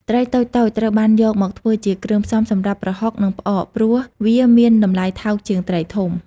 ត្រីតូចៗ ត្រូវបានយកមកធ្វើជាគ្រឿងផ្សំសម្រាប់ប្រហុក និងផ្អក ព្រោះវាមានតម្លៃថោកជាងត្រីធំ។